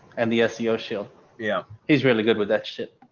and the seo seo yeah, he's really good with that shit.